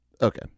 Okay